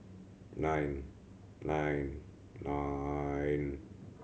nine nine nine